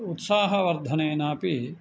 उत्साहवर्धनेनापि